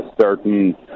certain